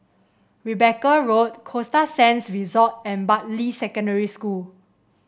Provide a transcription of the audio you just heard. Rebecca Road Costa Sands Resort and Bartley Secondary School